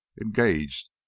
engaged